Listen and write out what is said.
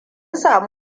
sami